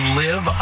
live